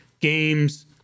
games